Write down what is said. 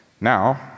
Now